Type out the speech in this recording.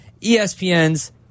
ESPN's